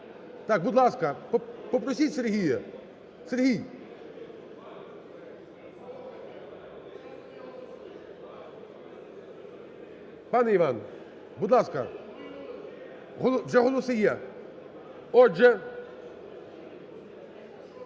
Будь ласка, попросіть Сергія. Сергій! Пане Іване, будь ласка. Вже голоси є. Отже,